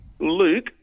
Luke